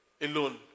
alone